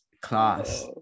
class